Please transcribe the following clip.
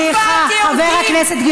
סליחה, חברת הכנסת מועלם, סליחה.